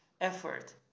effort